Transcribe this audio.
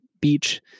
Beach